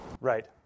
Right